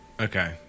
Okay